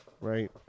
right